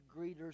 greeters